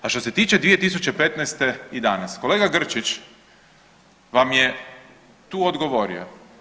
A što se tiče 2015. i danas, kolega Grčić vam je tu odgovorio.